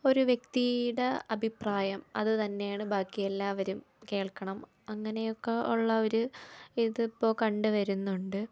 ഒരു വ്യക്തിയുടെ അഭിപ്രായം അതു തന്നെയാണ് ബാക്കിയെല്ലാവരും കേൾക്കണം അങ്ങനെയൊക്കെ ഉള്ള ഒരു ഇതിപ്പോൾ കണ്ടുവരുന്നുണ്ട്